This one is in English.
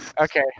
Okay